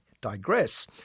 digress